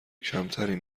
کمتری